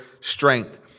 strength